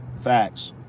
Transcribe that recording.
facts